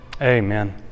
Amen